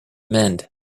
mend